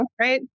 Right